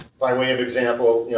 by way of example,